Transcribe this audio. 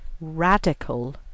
radical